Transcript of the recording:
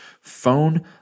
phone